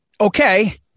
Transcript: okay